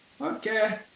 okay